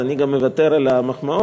אז אני מוותר גם על המחמאות.